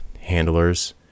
handlers